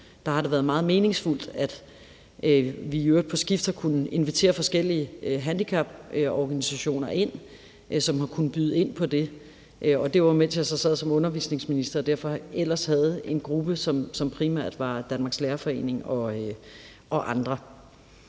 Der har det været meget meningsfuldt, at vi, i øvrigt på skift, har kunnet invitere forskellige handicaporganisationer ind, som har kunnet byde ind på det. Det var jeg med til, da jeg sad som undervisningsminister, og derfor ellers havde en gruppe, som primært var Danmarks Lærerforening og andre.